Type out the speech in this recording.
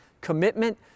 Commitment